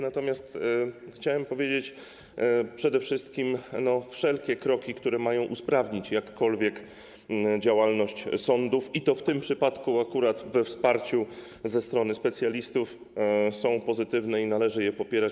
Natomiast chciałem powiedzieć, że przede wszystkim wszelkie kroki, które mają usprawnić jakkolwiek działalność sądów - i to w tym przypadku akurat we wsparciu ze strony specjalistów - są pozytywne i należy je popierać.